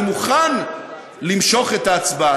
אני מוכן למשוך את ההצבעה,